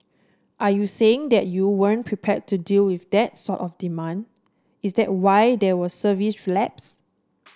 are you saying that you weren't prepare to deal with that sort of demand is there why there were service lapses